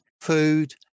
food